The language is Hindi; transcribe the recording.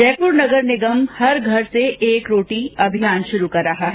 जयपुर नगर निगम हर घर से एक रोटी अभियान शुरू कर रहा है